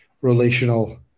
relational